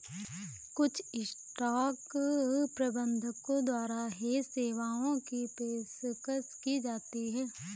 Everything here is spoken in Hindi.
कुछ स्टॉक प्रबंधकों द्वारा हेज सेवाओं की पेशकश की जाती हैं